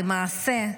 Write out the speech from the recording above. זה מעשה.